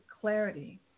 clarity